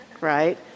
right